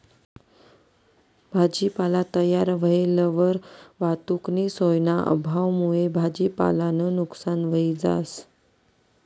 भाजीपाला तयार व्हयेलवर वाहतुकनी सोयना अभावमुये भाजीपालानं नुकसान व्हयी जास